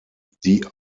die